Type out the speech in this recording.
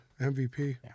MVP